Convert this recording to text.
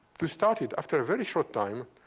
to start with, after a very short time,